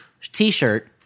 T-shirt